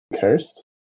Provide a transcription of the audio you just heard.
cursed